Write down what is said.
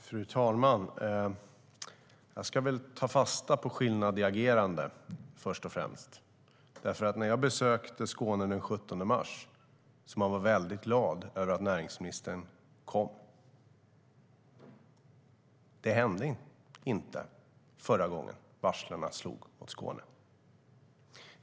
Fru talman! Jag ska först och främst ta fasta på skillnaden i agerande. När jag besökte Skåne den 17 mars var de väldigt glada över att näringsministern kom dit. Det hände inte förra gången varslen slog mot Skåne.